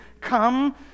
come